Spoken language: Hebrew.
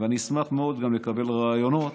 ואני אשמח מאוד גם לקבל רעיונות